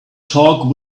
talk